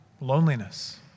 loneliness